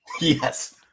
Yes